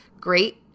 great